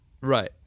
Right